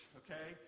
okay